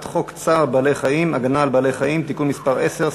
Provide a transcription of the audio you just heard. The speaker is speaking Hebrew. חוק צער בעל-חיים (הגנה על בעלי-חיים) (תיקון מס' 10)